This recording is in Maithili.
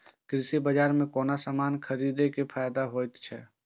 कृषि बाजार में कोनो सामान खरीदे के कि फायदा होयत छै?